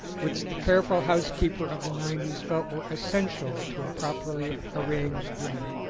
which the careful housekeeper of the nineties felt were essential to a properly arranged dinner.